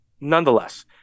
Nonetheless